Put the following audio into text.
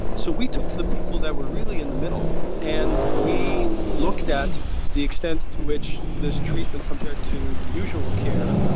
so we took the people that were really in the middle and we looked at the extent to which this treatment compared to usual care,